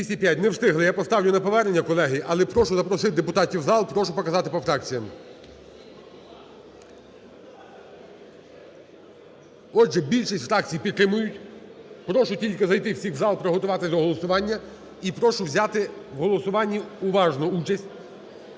Не встигли. Я поставлю на повернення, колеги. Але прошу запросити депутатів у зал. Прошу показати по фракціям. Отже, більшість фракцій підтримують. Прошу тільки зайти всіх у зал, приготуватись до голосування. І прошу взяти в голосуванні уважно участь.